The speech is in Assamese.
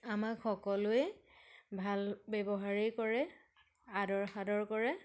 আমাক সকলোৱে ভাল ব্যৱহাৰেই কৰে আদৰ সাদৰ কৰে